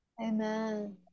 amen